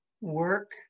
work